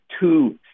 two